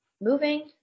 moving